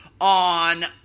on